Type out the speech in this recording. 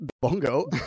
Bongo